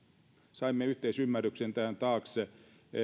saimme yhteisymmärryksen tähän taakse